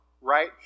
right